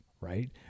right